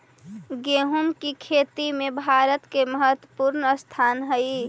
गोहुम की खेती में भारत के महत्वपूर्ण स्थान हई